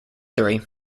three